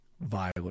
violent